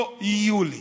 לא יהיו לי.